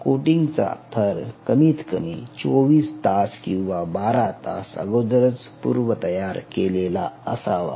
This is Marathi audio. हा कोटिंग चा थर कमीत कमी 24 तास किंवा बारा तास अगोदरच पूर्वतयार केलेला असावा